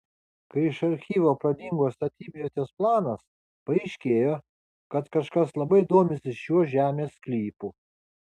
kai iš archyvo pradingo statybvietės planas paaiškėjo kad kažkas labai domisi šiuo žemės sklypu